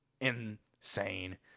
insane